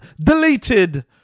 deleted